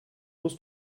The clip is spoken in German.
musst